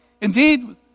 Indeed